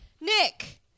Nick